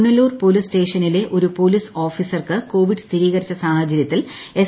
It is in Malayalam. പുനലൂർ പോലീസ് സ്റ്റേഷനിലെ ഒരു പോലീസ് ഓഫീസർക്ക് കൊവിഡ് സ്ഥിരീകരിച്ച സാഹചരൃത്തിൽ എസ്